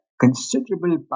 considerable